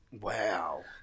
Wow